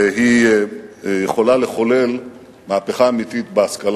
והיא יכולה לחולל מהפכה אמיתית בהשכלה